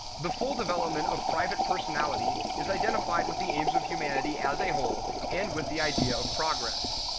the full development of private personality is identified with the aims of humanity as a whole and with the idea of progress.